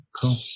cool